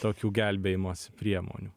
tokių gelbėjimosi priemonių